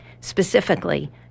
specifically